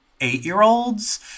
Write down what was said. eight-year-olds